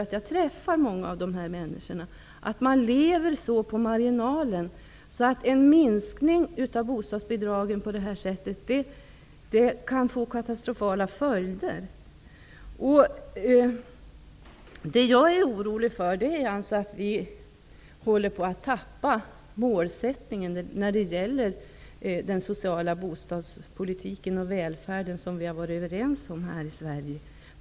Jag har träffat många människor som lever så på marginalen att en minskning av bostadsbidragen på detta sätt kan få katastrofala följder. Jag är orolig för att vi håller på att tappa målsättningen när det gäller den sociala bostadspolitiken och välfärden, som vi har varit överens om här i Sverige.